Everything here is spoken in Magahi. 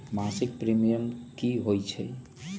मासिक प्रीमियम की होई छई?